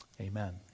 Amen